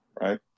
right